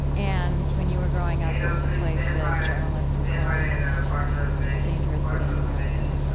and when you were growing up, it was a place that journalists would call the most dangerous city in america.